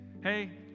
Hey